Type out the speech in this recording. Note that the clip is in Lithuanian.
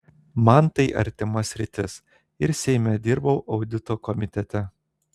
man tai artima sritis ir seime dirbau audito komitete